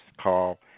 call